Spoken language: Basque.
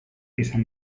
izan